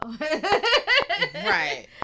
Right